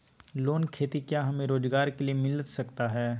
Loan खेती क्या हमें रोजगार के लिए मिलता सकता है?